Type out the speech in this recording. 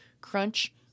Crunch